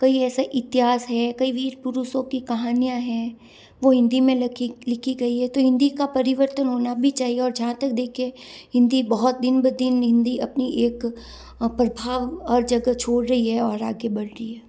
कई ऐसा इतिहास है कई वीर पुरुषों की कहानी है वो हिंदी में लिखी गई है तो हिंदी का परिवर्तन होना भी चाहिए और जहाँ तक देखें हिंदी बहुत दिन ब दिन हिंदी अपनी एक प्रभाव और हर छोड़ रही है और आगे बढ़ रही है